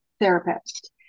therapist